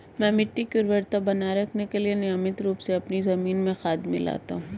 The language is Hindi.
मैं मिट्टी की उर्वरता बनाए रखने के लिए नियमित रूप से अपनी जमीन में खाद मिलाता हूं